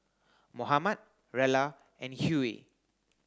Mohamed Rella and Hughey